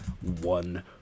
one